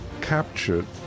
captured